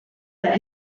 that